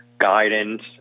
guidance